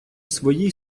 своїй